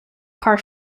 car